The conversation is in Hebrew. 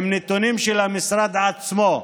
אלה נתונים של המשרד עצמו.